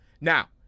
Now